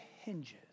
hinges